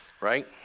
Right